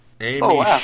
Amy